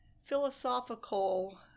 philosophical